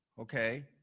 okay